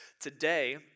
Today